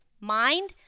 mind